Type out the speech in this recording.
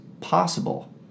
possible